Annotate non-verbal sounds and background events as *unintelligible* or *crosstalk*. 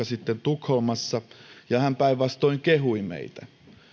*unintelligible* sitten tukholmassa ja hän päinvastoin kehui meitä